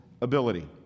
ability